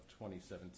2017